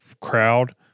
crowd